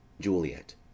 JULIET